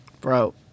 bro